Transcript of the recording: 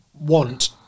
want